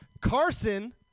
Carson